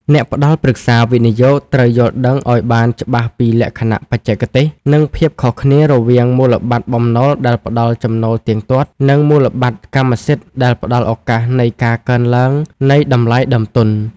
អ្នកផ្ដល់ប្រឹក្សាវិនិយោគត្រូវយល់ដឹងឱ្យបានច្បាស់ពីលក្ខណៈបច្ចេកទេស និងភាពខុសគ្នារវាងមូលបត្របំណុលដែលផ្ដល់ចំណូលទៀងទាត់ និងមូលបត្រកម្មសិទ្ធិដែលផ្ដល់ឱកាសនៃការកើនឡើងនៃតម្លៃដើមទុន។